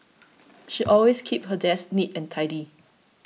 she always keeps her desk neat and tidy